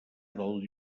del